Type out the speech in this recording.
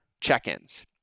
check-ins